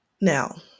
Now